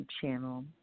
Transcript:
channel